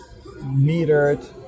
metered